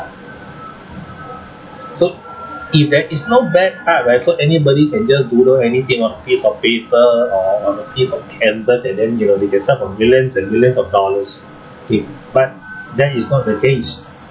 so if there is no bad art right so anybody can just doodle anything on a piece of paper or on a piece of canvas and then they will they can sell for millions and millions of dollars K but that is not the case